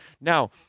Now